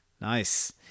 Nice